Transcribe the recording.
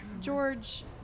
George